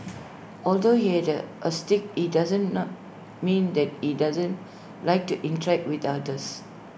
although he is the autistic IT does not mean that he doesn't like to interact with others